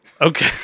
Okay